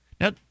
Now